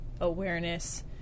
awareness